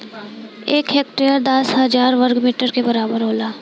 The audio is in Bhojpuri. एक हेक्टेयर दस हजार वर्ग मीटर के बराबर होला